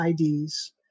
IDs